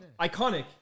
Iconic